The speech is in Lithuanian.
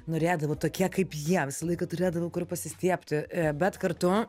norėdavau tokie kaip jie visą laiką turėdavau kur pasistiebti bet kartu